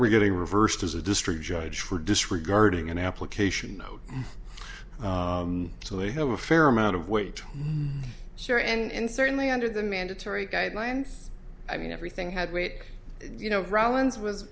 we getting reversed as a district judge for disregarding an application mouth so we have a fair amount of weight sure and certainly under the mandatory guidelines i mean everything had weight you know rollins was